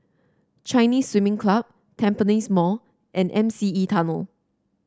Chinese Swimming Club Tampines Mall and M C E Tunnel